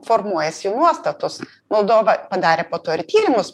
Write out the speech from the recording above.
formuojasi jų nuostatos moldova padarė po to ir tyrimus